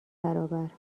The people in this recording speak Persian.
برابر